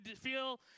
feel